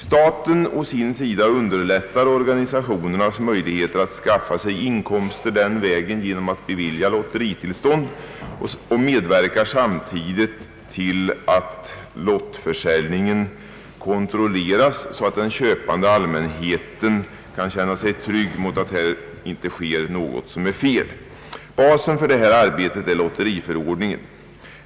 Staten å sin sida underlättar organisationernas möjligheter att skaffa sig inkomster den vägen genom att bevilja lotteritillstånd och medverkar samtidigt till att lottförsäljningen kontrolleras så att den köpande allmänheten kan känna sig trygg mot att det här inte sker något som är fel. Basen för detta arbete är lotteriförordningen.